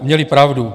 Měli pravdu.